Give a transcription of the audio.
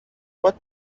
what